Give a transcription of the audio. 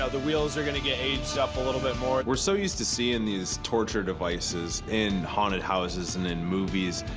ah the wheels are gonna get aged up a little bit more. we're so used to seeing these torture devices in haunted houses and in movies.